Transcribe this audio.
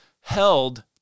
held